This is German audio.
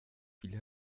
viel